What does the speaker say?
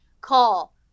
Call